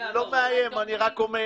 לא מאיים, אני רק אומר.